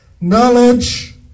Knowledge